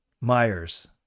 Myers